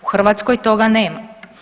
U Hrvatskoj toga nema.